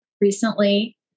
recently